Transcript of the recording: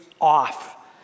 off